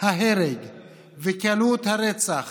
ההרג וקלות הרצח